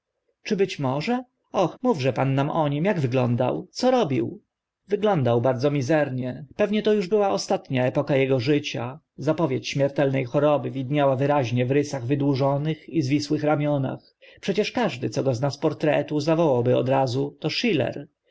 czy być może ach mówże nam pan o nim ak wyglądał co robił wyglądał bardzo mizernie pewnie to uż była ostatnia epoka ego życia zapowiedź śmiertelne choroby widniała wyraźnie w rysach wydłużonych i zwisłych ramionach przecież każdy co go zna z portretu zawołałby od razu to schiller